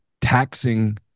taxing